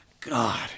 God